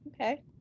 Okay